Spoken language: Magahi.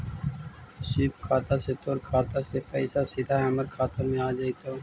स्वीप खाता से तोर खाता से पइसा सीधा हमर खाता में आ जतउ